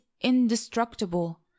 indestructible